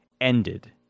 ended